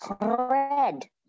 red